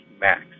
max